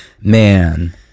man